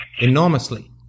enormously